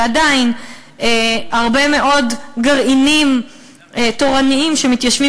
ועדיין הרבה מאוד גרעינים תורניים שמתיישבים